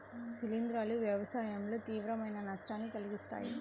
శిలీంధ్రాలు వ్యవసాయంలో తీవ్రమైన నష్టాన్ని కలిగిస్తాయి